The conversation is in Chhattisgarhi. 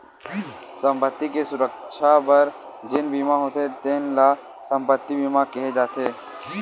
संपत्ति के सुरक्छा बर जेन बीमा होथे तेन ल संपत्ति बीमा केहे जाथे